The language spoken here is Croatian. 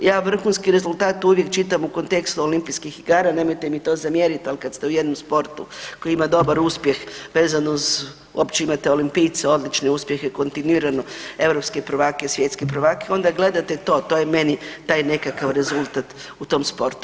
Ja vrhunski rezultat uvijek čitam u kontekstu olimpijskih igara, nemojte mi to zamjerit, ali kad ste u jednom sportu koji ima dobar uspjeh vezano uz, opće imate olimpijce odlične uspjehe, kontinuirano europske prvake, svjetske prvake onda gledate to, to je meni taj nekakav rezultat u tom sportu.